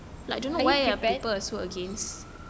are you prepared